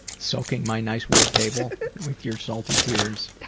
soaking my nice wood table with your salty tears.